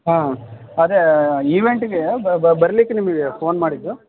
ಹಾಂ ಅದೇ ಈವೆಂಟ್ಗೆ ಬರ್ಲಿಕ್ಕೆ ನಿಮಗೆ ಫೋನ್ ಮಾಡಿದ್ದು